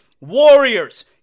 Warriors